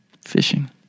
fishing